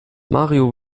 mario